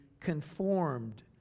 conformed